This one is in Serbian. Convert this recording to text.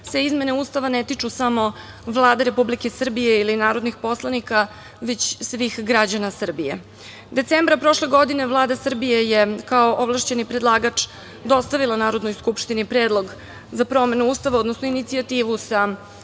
se izmene Ustava ne tiču samo Vlade Republike Srbije ili narodnih poslanika, već svih građana Srbije. Decembra prošle godine Vlada Srbije je, kao ovlašćeni predlagač, dostavila Narodnoj skupštini predlog za promenu Ustava, odnosno inicijativu sa